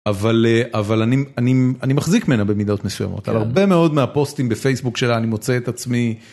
אבל אני מחזיק מנה במידות מסוימות, הרבה מאוד מהפוסטים בפייסבוק שלה אני מוצא את עצמי.